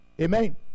Amen